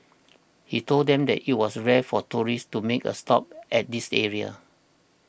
he told them that it was rare for tourists to make a stop at this area